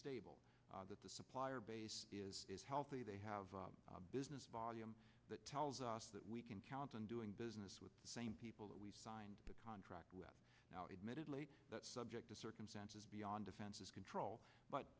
stable that the supplier base is healthy they have a business volume that tells us that we can count on doing business with the same people that we signed the contract with now admittedly that's subject to circumstances beyond defenses control but